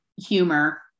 humor